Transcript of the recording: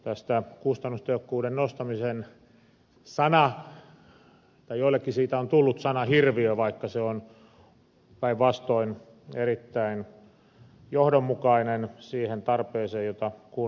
tästä kustannustehokkuuden nostamisesta on joillekin tullut sanahirviö vaikka se on päinvastoin erittäin johdonmukainen siihen tarpeeseen nähden joka kunnissa on